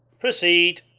proceed.